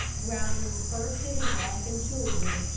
growling first at his wife and children,